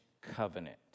covenant